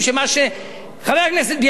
חבר הכנסת בילסקי,